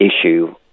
issue